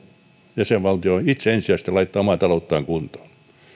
jäsenvaltio itse ensisijaisesti laittaa omaa talouttaan kuntoon